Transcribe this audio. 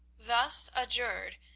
thus adjured,